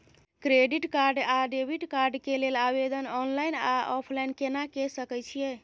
Credit card आ debit card के लेल आवेदन ऑनलाइन आ ऑफलाइन केना के सकय छियै?